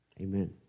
Amen